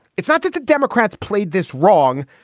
it's not that the democrats played this wrong.